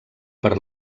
per